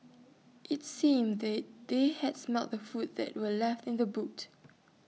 IT seemed that they had smelt the food that were left in the boot